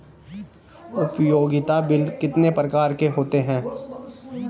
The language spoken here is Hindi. उपयोगिता बिल कितने प्रकार के होते हैं?